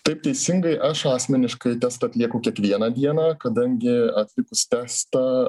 taip teisingai aš asmeniškai testą atlieku kiekvieną dieną kadangi atlikus testą